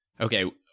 okay